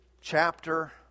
chapter